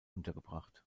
untergebracht